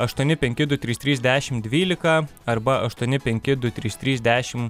aštuoni penki du trys trys dešim dvylika arba aštuoni penki du trys trys dešim